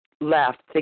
left